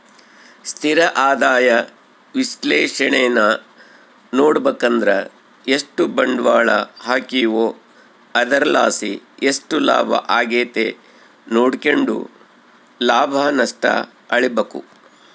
ಸ್ಥಿರ ಆದಾಯ ವಿಶ್ಲೇಷಣೇನಾ ನೋಡುಬಕಂದ್ರ ಎಷ್ಟು ಬಂಡ್ವಾಳ ಹಾಕೀವೋ ಅದರ್ಲಾಸಿ ಎಷ್ಟು ಲಾಭ ಆಗೆತೆ ನೋಡ್ಕೆಂಡು ಲಾಭ ನಷ್ಟ ಅಳಿಬಕು